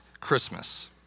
Christmas